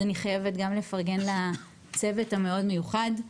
אני חייבת גם לפרגן לצוות המאוד מיוחד,